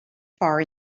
far